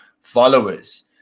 followers